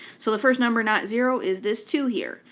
so the first number not zero is this two here.